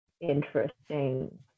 interesting